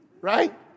right